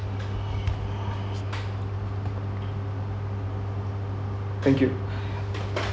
thank you